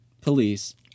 police